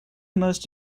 most